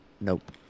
Nope